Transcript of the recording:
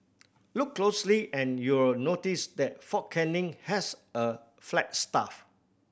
look closely and you'll notice that Fort Canning has a flagstaff